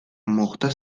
მოხდა